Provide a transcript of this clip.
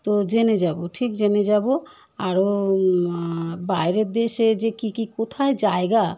তো জেনে যাব ঠিক জেনে যাব আরও বাইরের দেশে যে কী কী কোথায় জায়গা